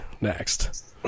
next